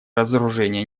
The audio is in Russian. разоружения